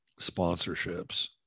sponsorships